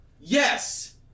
Yes